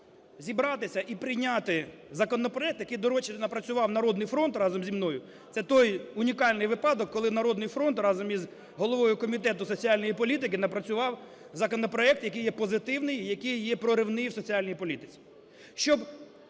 зібратися і прийняти законопроект, який, до речі, напрацював "Народний фронт" разом зі мною (це той унікальний випадок, коли "Народний фронт" разом із головою Комітету соціальної політики напрацював законопроект, який є позитивний і який є проривний в соціальній політиці),